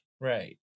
Right